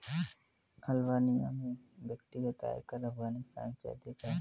Albania में व्यक्तिगत आयकर अफ़ग़ानिस्तान से अधिक है